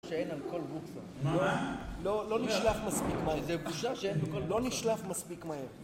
לא נשלף מספיק מהר לא נשלף מספיק מהר